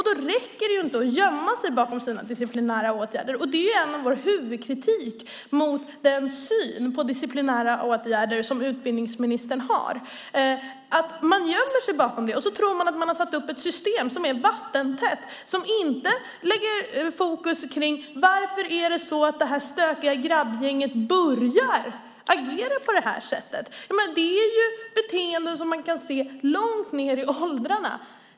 Det räcker inte att gömma sig bakom sina disciplinära åtgärder. Det är vår huvudkritik mot den syn på disciplinära åtgärder som utbildningsministern har att man gömmer sig bakom det. Man tror att man har satt upp ett system som är vattentätt som inte lägger fokus på varför det stökiga grabbgänget börjar agera på det här sättet. Det är beteenden som man kan se långt ned i åldrarna.